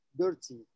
dirty